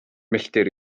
milltir